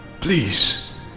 please